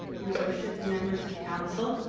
your worship, and members of council.